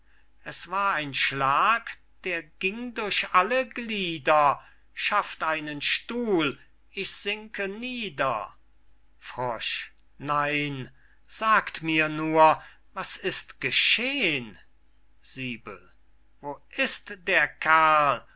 es war ein schlag der ging durch alle glieder schafft einen stuhl ich sinke nieder nein sagt mir nur was ist geschehn wo ist der kerl